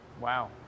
Wow